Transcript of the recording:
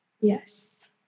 yes